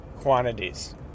quantities